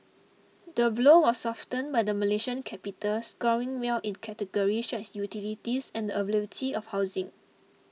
the blow was softened by the Malaysian capital scoring well in categories such as utilities and availability of housing